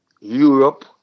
Europe